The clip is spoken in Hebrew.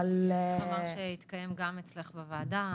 אמרת שהתקיים גם אצלך בוועדה.